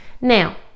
now